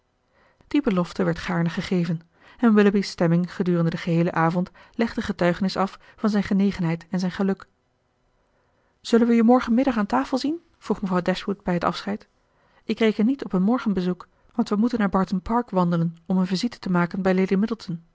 die belofte werd gaarne gegeven en willoughby's stemming gedurende den geheelen avond legde getuigenis af van zijn genegenheid en zijn geluk zullen we je morgenmiddag aan tafel zien vroeg mevrouw dashwood bij het afscheid ik reken niet op een morgenbezoek want wij moeten naar barton park wandelen om een visite te maken bij lady